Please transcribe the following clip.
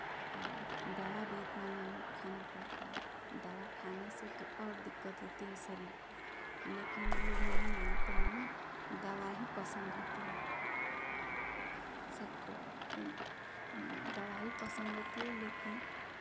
और दवा भी इतना नहीं खाना पड़ता दवा खाने से तो और दिक़्क़त होती है शरीर को लेकिन लोग नहीं मानते हैं ना दवा ही पसंद होती है सबको लेकिन दवा ही पसंद होती है लेकिन